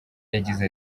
yagize